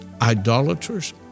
idolaters